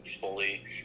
fully